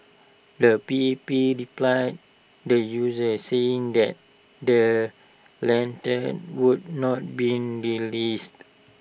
the P P replied the users saying that the lanterns would not be released